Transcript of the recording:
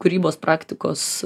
kūrybos praktikos